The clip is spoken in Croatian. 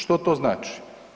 Što to znači?